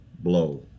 blow